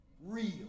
Real